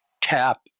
tap